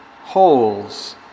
holes